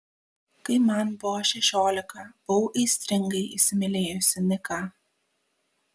kai man buvo šešiolika buvau aistringai įsimylėjusi niką